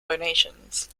donations